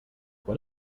what